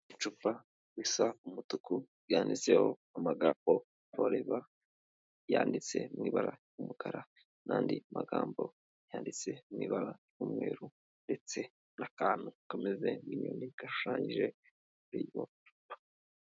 Icupa risa umutuku ryanditseho amagambo foreva yanditse mu ibara ry'umukara n'andi magambo yanditse nibara ry'umweru ndetse n'akantu kameze nk'inyoni gashushanyijeho.